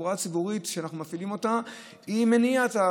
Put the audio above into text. התחבורה הציבורית שאנחנו מפעילים מניעה את הכלכלה